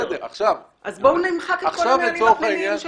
אז בואו נמחק את כל הנהלים הפנימיים שלכם.